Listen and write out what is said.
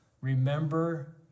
Remember